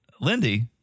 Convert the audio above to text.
Lindy